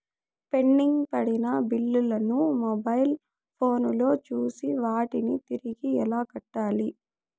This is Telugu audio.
పెండింగ్ పడిన బిల్లులు ను మొబైల్ ఫోను లో చూసి వాటిని తిరిగి ఎలా కట్టాలి